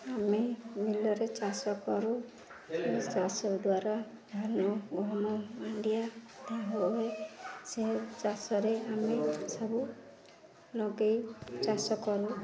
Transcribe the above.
ଆମେ ବିଲରେ ଚାଷ କରୁ ଚାଷ ଦ୍ୱାରା ଧାନ ଗହମ ମାଣ୍ଡିଆ ଆଦାୟ ହୁଏ ସେ ଚାଷରେ ଆମେ ସବୁ ଲଗାଇ ଚାଷ କରୁ